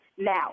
now